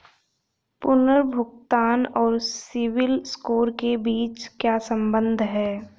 पुनर्भुगतान और CIBIL score के बीच क्या संबंध है?